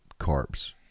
carbs